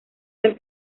del